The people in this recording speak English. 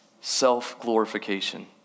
self-glorification